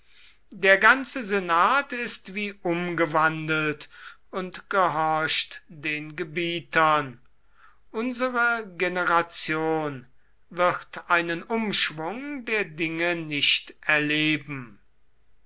der ganze senat ist wie umgewandelt und gehorcht den gebietern unsere generation wird einen umschwung der dinge nicht erleben